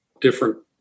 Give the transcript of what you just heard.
different